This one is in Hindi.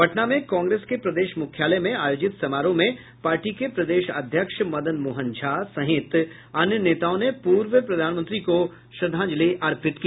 पटना में कांग्रेस के प्रदेश मुख्यालय में आयोजित समारोह में पार्टी के प्रदेश अध्यक्ष मदनमोहन झा सहित अन्य नेताओं ने पूर्व प्रधानमंत्री को श्रद्धांजलि अर्पित की